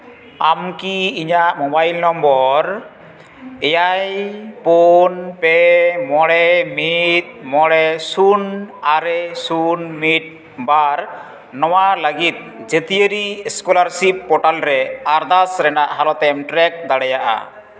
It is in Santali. ᱟᱢ ᱠᱤ ᱤᱧᱟᱹᱜ ᱢᱳᱵᱟᱭᱤᱞ ᱱᱚᱢᱵᱚᱨ ᱮᱭᱟᱭ ᱯᱩᱱ ᱯᱮ ᱢᱚᱬᱮ ᱢᱤᱫ ᱢᱚᱬᱮ ᱥᱩᱱ ᱟᱨᱮ ᱥᱩᱱ ᱢᱤᱫ ᱵᱟᱨ ᱱᱚᱣᱟ ᱞᱟᱹᱜᱤᱫ ᱡᱟᱹᱛᱤᱭᱟᱹᱨᱤ ᱥᱠᱚᱞᱟᱨᱥᱤᱯ ᱯᱨᱳᱴᱟᱞ ᱨᱮ ᱟᱨᱫᱟᱥ ᱨᱮᱭᱟᱜ ᱦᱟᱞᱚᱛ ᱮᱢ ᱴᱨᱮᱠ ᱫᱟᱲᱮᱭᱟᱜᱼᱟ